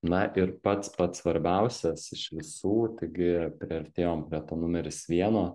na ir pats pats svarbiausias iš visų taigi priartėjom prie to numeris vieno